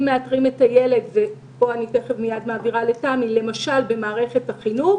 אם מאתרים את הילד ופה אני תיכף מעבירה לתמי למשל במערכת החינוך